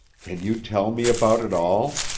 can you tell me about it all?